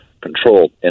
control